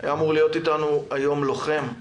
היה אמור להיות איתנו היום לוחם,